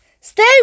Stay